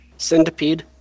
Centipede